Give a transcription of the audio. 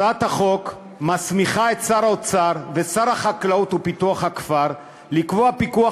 הצעת החוק מסמיכה את שר האוצר ואת שר החקלאות ופיתוח הכפר לקבוע פיקוח